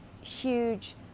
huge